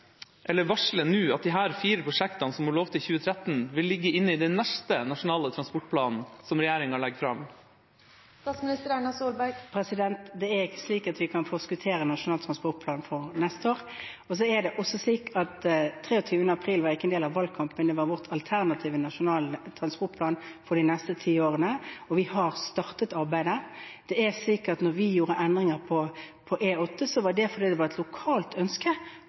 at disse fire prosjektene som hun lovte i 2013, vil ligge inne i neste Nasjonal transport som regjeringa legger fram? Det er ikke slik at vi kan forskuttere Nasjonal transportplan for neste år. Fremleggelsen 23. april var ikke en del av valgkampen, men det var vår alternative Nasjonal transportplan for de nærmeste ti årene, og vi har startet arbeidet. Da vi gjorde endringer på E8, var det fordi det var et lokalt ønske